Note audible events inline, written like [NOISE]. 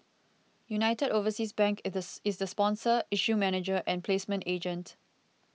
United Overseas Bank [UNINTELLIGIBLE] is the sponsor issue manager and placement agent